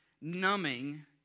Numbing